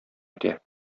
итә